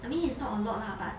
I mean it's not a lot lah but